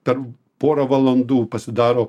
per porą valandų pasidaro